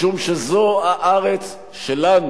משום שזו הארץ שלנו,